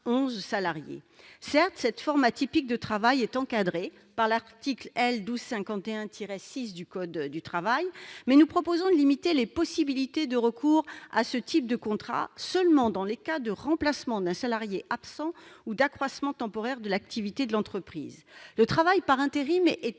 salariés. Certes, cette forme de travail atypique est encadrée par l'article L. 1251-6 du code du travail, mais nous proposons de limiter les possibilités de recours à ce type de contrat aux seuls cas de remplacement d'un salarié absent ou d'accroissement temporaire de l'activité de l'entreprise. Le travail en intérim est